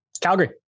Calgary